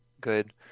good